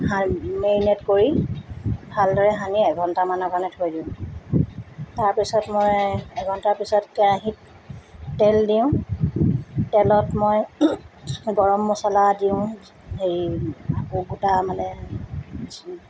ভাল মেৰিনেট কৰি ভালদৰে সানি এঘণ্টামানৰ কাৰণে থৈ দিওঁ তাৰপিছত মই এঘণ্টাৰ পিছত কেৰাহীত তেল দিওঁ তেলত মই গৰম মচলা দিওঁ হেৰি গোটা মানে